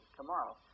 tomorrow